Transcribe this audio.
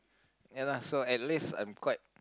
ya lah so at least I'm quite